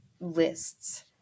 lists